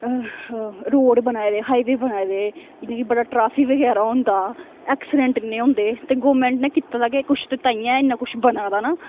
road बनाए दे highway बनाए दे बड़ा ट्रैफिक बगैरा होंदा ऐक्सीडेंट इन्ने होंदे ते गौरमेंट नेै कीते दा कि कुछ ते ताइयें इन्ना कुछ बना दा ना